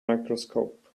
microscope